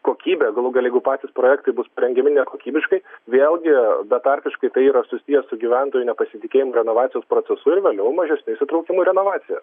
kokybė galų gale jeigu patys projektai bus parengiami nekokybiškai vėlgi betarpiškai tai yra susiję su gyventojų nepasitikėjimu renovacijos procesu ir vėliau mažesniu įsitraukimu į renovaciją